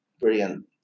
brilliant